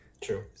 True